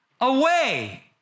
Away